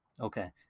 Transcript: Okay